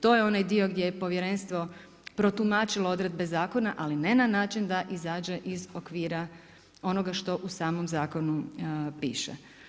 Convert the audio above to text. To je onaj dio gdje je povjerenstvo protumačilo odredbe zakona ali ne način da izađe iz okvira onoga što u samom zakonu piše.